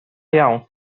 iawn